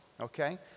okay